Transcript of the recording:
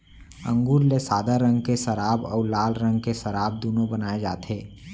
अंगुर ले सादा रंग के सराब अउ लाल रंग के सराब दुनो बनाए जाथे